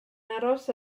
aros